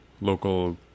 local